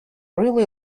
really